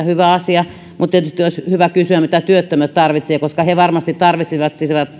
hyvä asia mutta tietysti olisi hyvä kysyä mitä työttömät tarvitsevat koska he varmasti tarvitsisivat